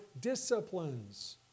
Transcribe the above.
disciplines